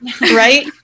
Right